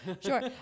Sure